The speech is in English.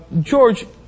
George